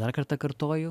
dar kartą kartoju